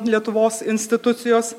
lietuvos institucijos